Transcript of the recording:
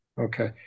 Okay